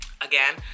Again